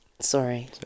sorry